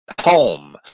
Home